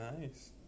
Nice